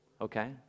Okay